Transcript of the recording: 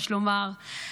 יש לומר,